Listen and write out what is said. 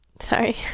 Sorry